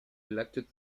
elected